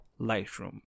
Lightroom